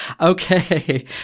Okay